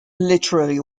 literally